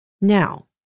Now